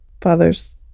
father's